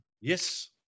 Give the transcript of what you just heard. Yes